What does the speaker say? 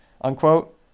unquote